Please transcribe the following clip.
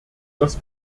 das